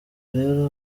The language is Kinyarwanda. rero